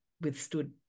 withstood